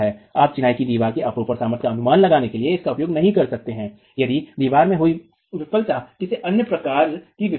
आप चिनाई की दीवार की अपरूपण सामर्थ्य का अनुमान लगाने के लिए इसका उपयोग नहीं कर सकते हैं यदि दीवार में हुई विफलता किसी अन्य प्रकार की विफलता है